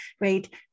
right